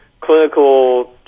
clinical